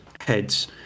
heads